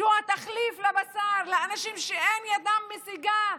שהוא תחליף בשר לאנשים שידם אינה משגת,